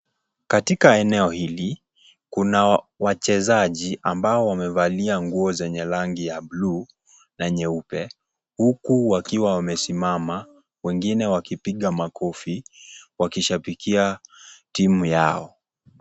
Katika eneo hili, kuna wachezaji ambao wamevalia nguo zenye rangi ya buluu na nyeupe, huku wakiwa wamesimama wengine wakipiga makofi wakishapigia timu zao.